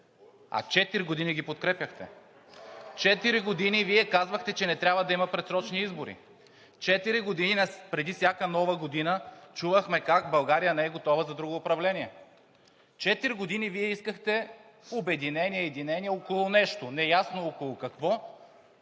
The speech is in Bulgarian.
години ги подкрепяхте. Четири години Вие казвахте, че не трябва да има предсрочни избори. Четири години преди всяка Нова година чувахме как България не е готова за друго управление. Четири години Вие искахте обединение, единение около нещо – неясно около какво,